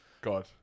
God